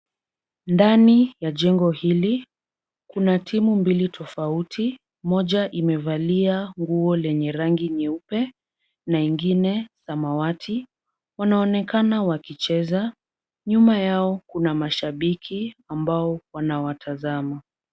Ndani ya jengo hili, kuna timu mbili tofauti. Moja imevalia nguo lenye rangi nyeupe na ingine samawati. Wanaonekana wakicheza, nyuma yao kuna mashabiki ambao wanawatazama.